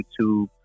YouTube